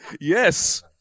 Yes